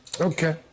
okay